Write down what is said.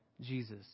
Jesus